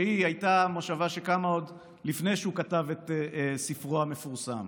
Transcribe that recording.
שהייתה מושבה שקמה עוד לפני שהוא כתב את ספרו המפורסם.